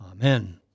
Amen